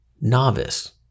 Novice